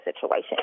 situation